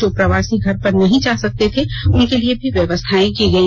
जो प्रवासी घर नहीं जा सकते थे उनके लिए भी व्यवस्थाएं की गई